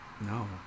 No